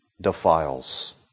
defiles